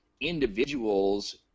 individuals